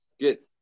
good